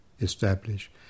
establish